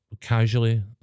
casually